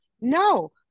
no